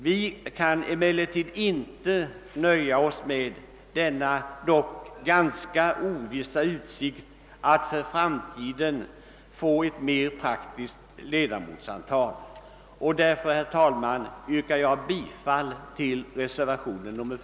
Vi kan dock inte nöja oss med denna ganska ovissa utsikt att för framtiden få ett mera praktiskt ledamotsantal, och därför yrkar jag bifall till reservationen 4.